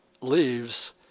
leaves